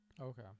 Okay